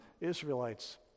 Israelites